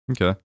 okay